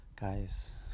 guys